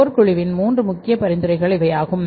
சோர் குழுவின் 3 முக்கிய பரிந்துரைகள் இவையாகும்